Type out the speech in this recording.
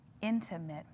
intimate